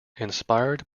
inspired